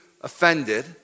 offended